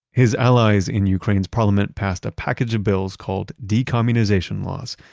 his allies in ukraine's parliament passed a package of bills called decommunization laws.